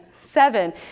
seven